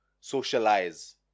socialize